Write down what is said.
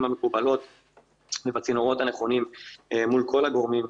המקובלות ובצינורות הנכונים מול כל הגורמים,